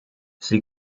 sie